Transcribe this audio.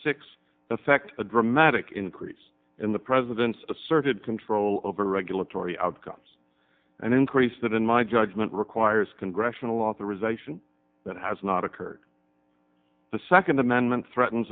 six affect a dramatic increase in the president's asserted control over regulatory outcomes and increase that in my judgment requires congressional authorization that has not occurred the second amendment threaten